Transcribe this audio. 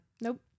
nope